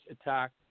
attack